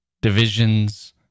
divisions